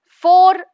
four